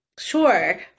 sure